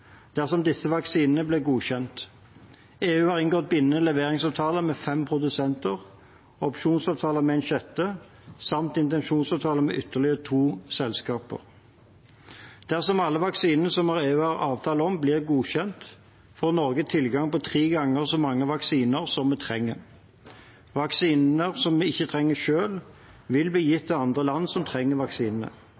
dersom disse vaksinene blir godkjent. EU har inngått bindende leveringsavtaler med fem produsenter, opsjonsavtale med en sjette samt intensjonsavtaler med ytterligere to selskaper. Dersom alle vaksinene som EU har avtale om, blir godkjent, får Norge tilgang på tre ganger så mange vaksiner som vi trenger. Vaksiner som vi ikke trenger selv, vil bli gitt